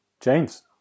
James